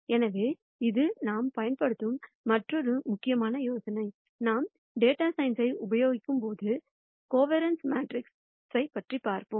எனவே இது நாம் பயன்படுத்தும் மற்றொரு முக்கியமான யோசனை நாம் டேட்டா சயின்ஸ் உபயோகிக்கும் கோவாரன்ஸ் மேட்ரிக்ஸ்ப் பார்ப்போம்